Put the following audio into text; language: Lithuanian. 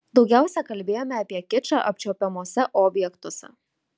daugiausia kalbėjome apie kičą apčiuopiamuose objektuose